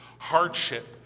Hardship